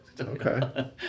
Okay